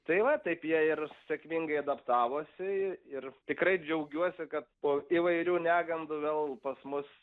tai va taip jie ir sėkmingai adaptavosi i ir tikrai džiaugiuosi kad po įvairių negandų vėl pas mus